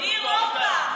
ניר אורבך,